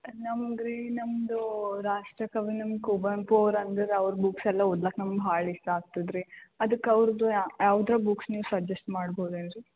ನಮ್ಗೆ ರೀ ನಮ್ದು ರಾಷ್ಟ್ರಕವಿ ನಮ್ಮ ಕುವೆಂಪು ಅವ್ರ ಅಂದ್ರೆ ಅವ್ರ ಬುಕ್ಸೆಲ್ಲ ಓದ್ಲಿಕ್ ನಮ್ಗೆ ಭಾಳ ಇಷ್ಟ ಆಗ್ತದೆ ರೀ ಅದಕ್ಕೆ ಅವ್ರದ್ದು ಯಾವ್ದಾರಾ ಬುಕ್ಸ್ ನೀವು ಸಜೆಸ್ಟ್ ಮಾಡ್ಬೋದೇನು ರೀ